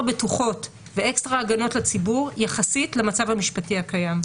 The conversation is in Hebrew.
בטוחות ואקסטרה הגנות לציבור יחסית למצב המשפטי הקיים.